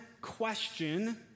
question